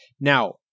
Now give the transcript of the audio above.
Now